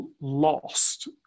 lost